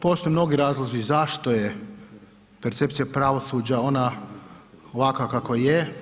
postoje mnogi razlozi zašto je percepcija pravosuđa ona ovakva kakva je.